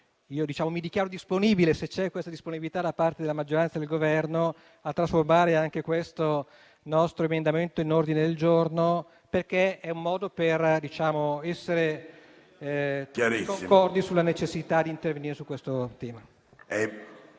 mi dichiaro disponibile, se c'è questa disponibilità da parte della maggioranza e del Governo, a trasformare anche questo nostro emendamento in ordine del giorno, perché è un modo per essere concordi sulla necessità di intervenire in proposito.